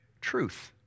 truth